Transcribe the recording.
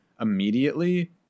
immediately